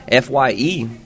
FYE